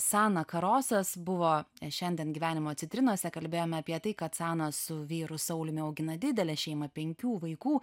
sana karosas buvo šiandien gyvenimo citrinose kalbėjome apie tai kad sana su vyru sauliumi augina didelę šeimą penkių vaikų